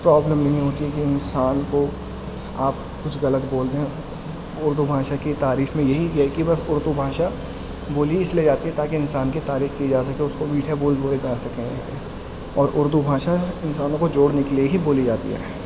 problem نہیں ہوتی ہے کہ انسان کو آپ کچھ غلط بول دیں اردو بھاشا کی تعریف میں یہی ہے کہ بس اردو بھاشا بولی ہی اس لیے جاتی ہے تاکہ انسان کی تعریف کی جا سکے اس کو میٹھے بول بولے جا سکیں اور اردو بھاشا انسانوں کو جوڑنے کے لیے ہی بولی جاتی ہے